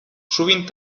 sovint